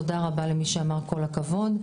תודה רבה למי שאמר כל הכבוד,